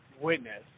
witness